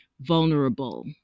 vulnerable